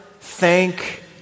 thank